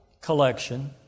collection